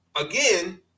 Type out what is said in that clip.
again